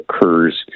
occurs